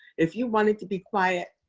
if you wanted to be quiet,